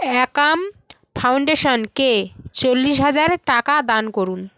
অ্যাকাম ফাউন্ডেশনকে চল্লিশ হাজার টাকা দান করুন